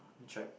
let me check